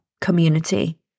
community